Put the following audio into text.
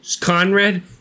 Conrad